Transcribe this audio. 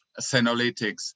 Senolytics